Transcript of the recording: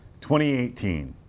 2018